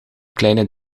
kleine